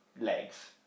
legs